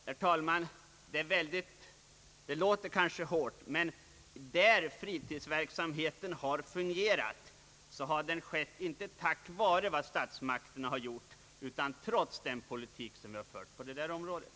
Herr talman! Det låter kanske hårt, men på de anstalter där fritidsverksamheten fungerat har den gjort det inte tack vare statsmakterna utan trots den politik som förts på området.